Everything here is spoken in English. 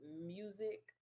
music